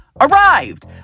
arrived